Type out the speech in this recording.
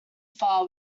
far